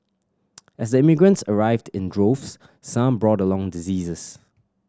as the immigrants arrived in droves some brought along diseases